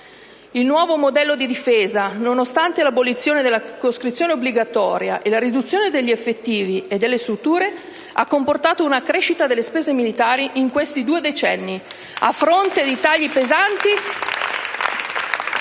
Il nuovo modello di difesa, nonostante l'abolizione della coscrizione obbligatoria e la riduzione degli effettivi e delle strutture, ha comportato una crescita delle spese militari in questi due decenni. *(Applausi dal Gruppo